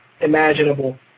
imaginable